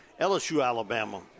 LSU-Alabama